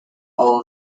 all